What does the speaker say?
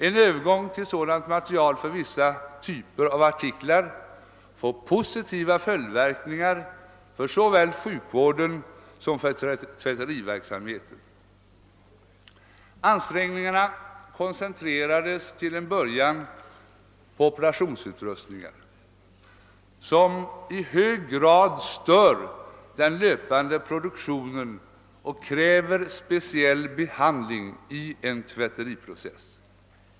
En övergång till sådant material för vissa typer av artiklar får positiva följdverkningar för såväl sjukvården som tvätteriverksamheten. Ansträngningarna koncentrerades till en början på operationsutrustningar, som i hög grad stör den löpande produktionen och kräver speciell behandling i en tvätteriprocess.